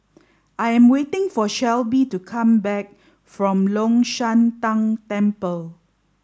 I am waiting for Shelby to come back from Long Shan Tang Temple